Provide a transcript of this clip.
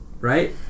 Right